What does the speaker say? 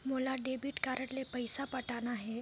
मोला debit card ले पइसा पटाना हे?